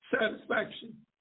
satisfaction